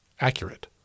accurate